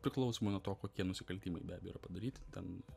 priklausomai nuo to kokie nusikaltimai be abejo yra padaryti ten